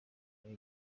muri